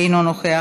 אינו נוכח.